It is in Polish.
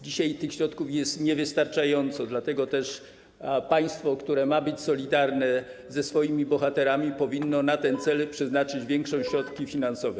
Dzisiaj tych środków nie wystarcza, dlatego też państwo, które ma być solidarne ze swoimi bohaterami, powinno na ten cel przeznaczyć większe środki finansowe.